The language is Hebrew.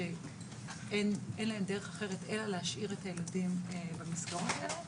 שאין להן דרך אחרת אלא להשאיר את הילדים במסגרות האלה,